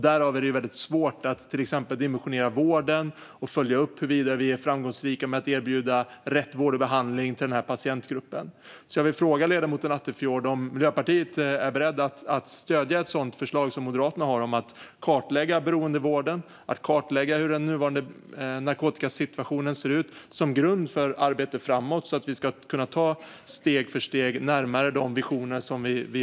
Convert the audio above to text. Därför är det svårt att dimensionera vården och följa upp huruvida vi är framgångsrika när det gäller att erbjuda rätt vård och behandling till den här patientgruppen. Jag vill därför fråga ledamoten Attefjord om man i Miljöpartiet är beredd att stödja ett sådant förslag som Moderaterna har om att kartlägga beroendevården och hur den nuvarande narkotikasituationen ser ut, som en grund för arbetet framåt och för att vi steg för steg ska kunna närma oss de visioner vi har.